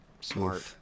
Smart